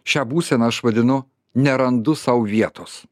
šią būseną aš vadinu nerandu sau vietos